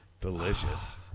Delicious